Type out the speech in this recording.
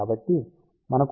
కాబట్టి మనకు dλ వస్తుంది